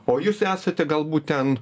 o jūs esate galbūt ten